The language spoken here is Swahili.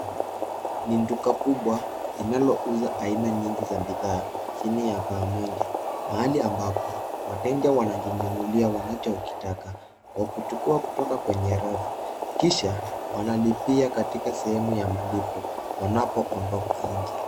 Ni duka kubwa linalouza aina nyingi za bidhaa chini ya paa moja. Mahali ambapo wateja wanajinunulia wanachokitaka, kwa kuchukua kutoka kwenye rafu, kisha wanalipia katika sehemu ya malipo wanapoondoka nje.